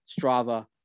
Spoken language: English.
Strava